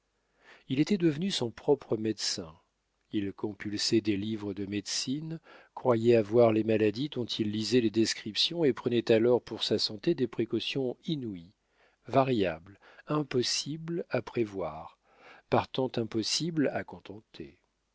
il était devenu son propre médecin il compulsait des livres de médecine croyait avoir les maladies dont il lisait les descriptions et prenait alors pour sa santé des précautions inouïes variables impossibles à prévoir partant impossibles à contenter